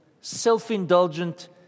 self-indulgent